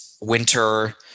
winter